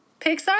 Pixar